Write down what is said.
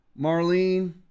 Marlene